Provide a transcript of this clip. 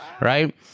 Right